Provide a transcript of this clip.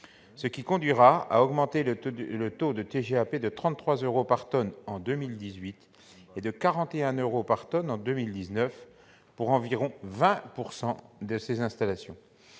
ce qui conduira à augmenter le taux de TGAP de 33 euros par tonne en 2018 à 41 euros par tonne en 2019 pour environ 20 % de ces installations.